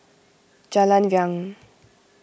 Jalan Riang